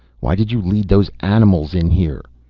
why did you lead those animals in here.